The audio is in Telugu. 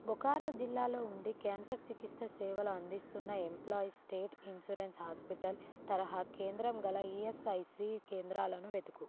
బొకారో జిల్లాలో ఉండే కేన్సర్ చికిత్స సేవలు అందిస్తున్న ఎంప్లాయీస్ స్టేట్ ఇన్షూరెన్స్ హాస్పిటల్ తరహా కేంద్రంగల ఈఎస్ఐసీ కేంద్రాలను వెతుకు